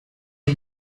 and